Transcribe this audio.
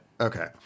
Okay